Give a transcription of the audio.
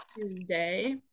Tuesday